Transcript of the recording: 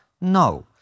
No